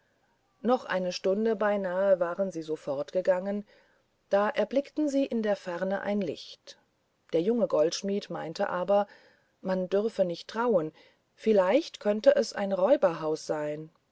noch eine stunde beinahe waren sie so fortgegangen da erblickten sie in der ferne ein licht der junge goldschmidt meinte aber man dürfe nicht trauen vielleicht könnte es ein räuberhaus sein